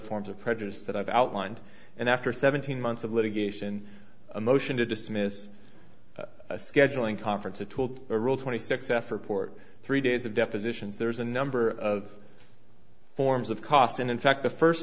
forms of prejudice that i've outlined and after seventeen months of litigation a motion to dismiss a scheduling conference or told a rule twenty six f report three days of depositions there's a number of forms of cost and in fact the first